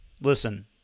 listen